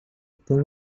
tem